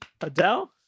Adele